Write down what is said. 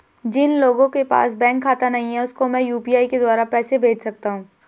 जिन लोगों के पास बैंक खाता नहीं है उसको मैं यू.पी.आई के द्वारा पैसे भेज सकता हूं?